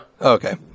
okay